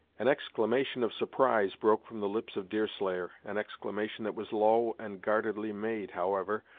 an exclamation of surprise broke from the lips of deerslayer, an exclamation that was low and guardedly made, however,